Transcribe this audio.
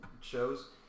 shows